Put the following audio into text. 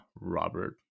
Robert